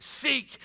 Seek